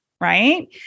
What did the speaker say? right